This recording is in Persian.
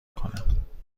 کنم